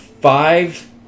five